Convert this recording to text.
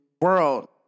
world